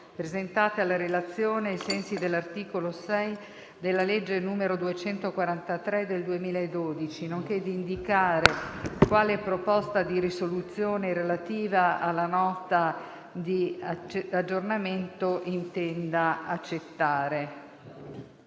presentate alla relazione ai sensi dell'articolo 6 della legge n. 243 del 2012, nonché di indicare quale proposta di risoluzione relativa alla Nota di aggiornamento del Documento